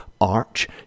arch